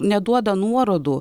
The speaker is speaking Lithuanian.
neduoda nuorodų